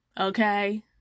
okay